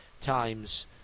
times